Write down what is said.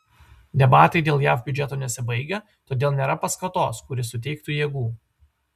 debatai dėl jav biudžeto nesibaigia todėl nėra paskatos kuri suteiktų jėgų